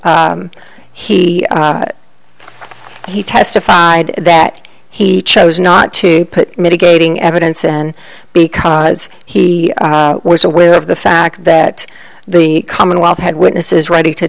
he he testified that he chose not to put mitigating evidence in because he was aware of the fact that the commonwealth had witnesses ready to